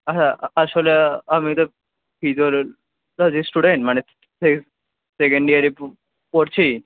আছা আসলে আমি তো ফিজিওলজির স্টুডেন্ট মানে সেকেন্ড ইয়ারে পড়ছি